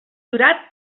jurat